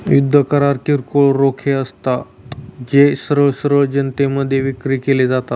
युद्ध करार किरकोळ रोखे असतात, जे सरळ सरळ जनतेमध्ये विक्री केले जातात